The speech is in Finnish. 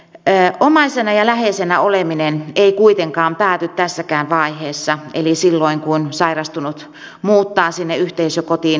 omaisena ja läheisenä oleminen ei kuitenkaan pääty tässäkään vaiheessa eli silloin kun sairastunut muuttaa sinne yhteisökotiin asumaan